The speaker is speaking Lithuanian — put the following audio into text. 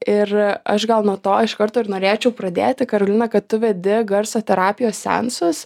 ir aš gal nuo to iš karto ir norėčiau pradėti karolina kad tu vedi garso terapijos seansus